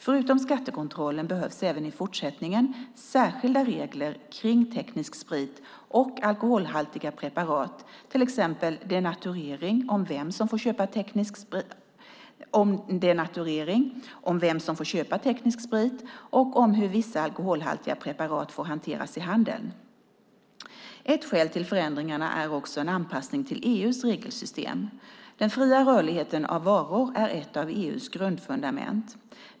Förutom skattekontrollen behövs även i fortsättningen särskilda regler kring teknisk sprit och alkoholhaltiga preparat, till exempel om denaturering, om vem som får köpa teknisk sprit och om hur vissa alkoholhaltiga preparat får hanteras i handeln. Ett skäl till förändringarna är också en anpassning till EU:s regelsystem. Den fria rörligheten av varor är ett av EU:s grundfundament.